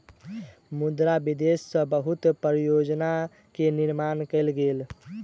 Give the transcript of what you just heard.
मुद्रा निवेश सॅ बहुत परियोजना के निर्माण कयल गेल